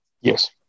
Yes